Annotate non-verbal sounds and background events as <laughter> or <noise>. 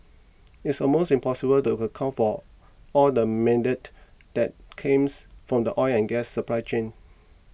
it's almost impossible to account for all the methane that came <unintelligible> from the oil and gas supply chain